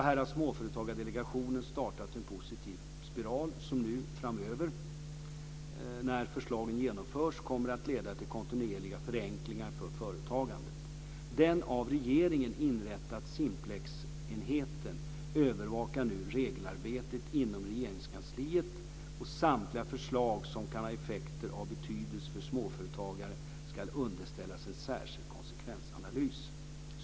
Här har Småföretagsdelegationen startat en positiv spiral som nu framöver, när förslagen genomförs, kommer att leda till kontinuerliga förenklingar för företagandet. Den av regeringen inrättade Simplexenheten övervakar nu regelarbetet inom Regeringskansliet, och samtliga förslag som kan ha effekter av betydelse för småföretagare ska underställas en särskild konsekvensanalys.